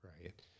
right